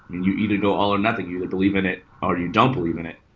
you either go all or nothing. you would believe in it, or you don't believe in it,